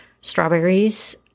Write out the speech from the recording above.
strawberries